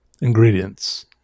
Ingredients